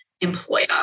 employer